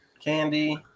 candy